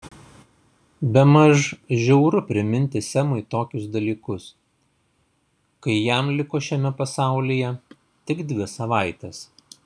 bemaž žiauru priminti semui tokius dalykus kai jam liko šiame pasaulyje tik dvi savaitės